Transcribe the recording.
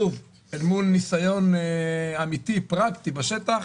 וזה אל מול ניסיון אמיתי ופרקטי בשטח,